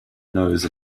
nose